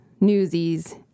Newsies